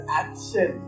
action